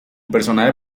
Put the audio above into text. personaje